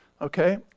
Okay